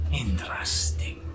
Interesting